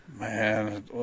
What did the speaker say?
Man